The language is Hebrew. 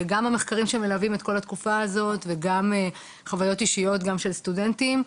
גם המחקרים שמלווים את כל התקופה הזו וגם חוויות אישיות גם של סטודנטים,